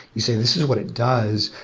you say, this is what it does.